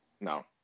No